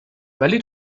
ولی